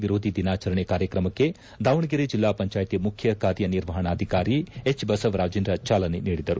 ವಿರೋಧಿ ದಿನಾಚರಣೆ ಕಾರ್ಯಕ್ರಮಕ್ಕೆ ದಾವಣಗೆರೆ ಜಿಲ್ಲಾ ಪಂಚಾಯತಿ ಮುಖ್ಯ ಕಾರ್ಯ ನಿರ್ವಹಣಾಧಿಕಾರಿ ಹೆಚ್ ಬಸವರಾಜೇಂದ್ರ ಚಾಲನೆ ನೀಡಿದರು